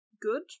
good